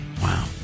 Wow